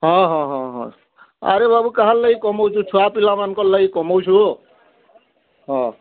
ହଁ ହଁ ହଁ ହଁ ଆରେ ବାବୁ କାହାର୍ ଲାଗି କମଉଛୁଁ ଛୁଆପିଲାମାନ୍ଙ୍କର୍ ଲାଗି କମଉଛୁଁ ହଁ